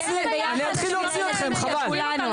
אני אוציא, אני אתחיל להוציא אתכם, חבל.